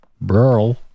Burl